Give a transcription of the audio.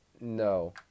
no